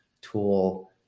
tool